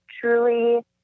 truly